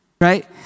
right